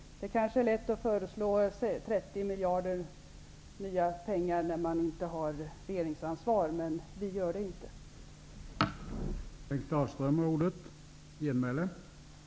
Det är kanske lätt att föreslå 30 miljarder nya pengar när man inte har regeringsansvar. Men vi gör inte det.